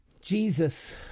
Jesus